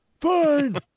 Fine